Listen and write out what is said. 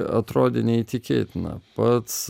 atrodė neįtikėtina pats